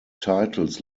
titles